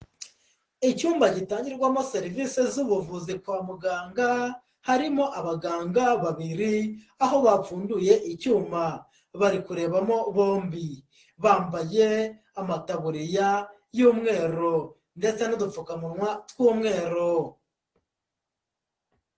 Icyumba gitangirwamo serivise z'ubuvuzi kwa muganga, harimo abaganga babiri aho bapfunduye icyuma bari kurebamo bombi, bambaye amataburiya y'umweru ndetse n'udupfukamunwa tw'umweru.